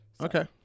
Okay